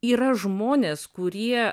yra žmonės kurie